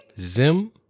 Zim